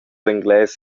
engles